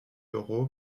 euro